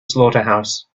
slaughterhouse